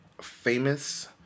Famous